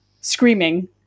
screaming